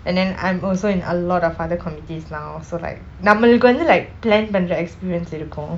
and then I'm also in a lot of other committees now so like நம்மளுக்கு வந்து:nammalukku vanthu like plan பன்ற:panra experience இருக்கும்:irukkum